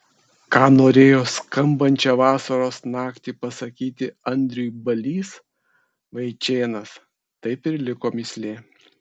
ką norėjo skambančią vasaros naktį pasakyti andriui balys vaičėnas taip ir liko mįslė